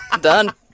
Done